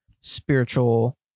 spiritual